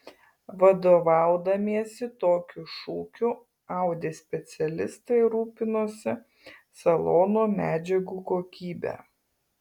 vadovaudamiesi tokiu šūkiu audi specialistai rūpinosi salono medžiagų kokybe